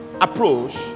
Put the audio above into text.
approach